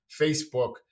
Facebook